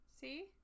See